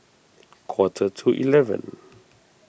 quarter to eleven